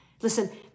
Listen